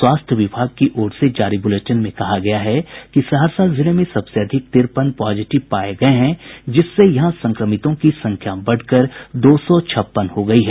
स्वास्थ्य विभाग की ओर से जारी बुलेटिन में कहा गया है कि सहरसा जिले में सबसे अधिक तिरपन पॉजिटिव पाए गये हैं जिससे यहां संक्रमितों की संख्या बढ़कर दो सौ छप्पन हो गई है